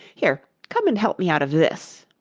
here! come and help me out of this